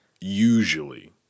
usually